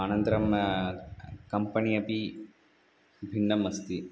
अनन्तरं कम्पणि अपि भिन्नम् अस्ति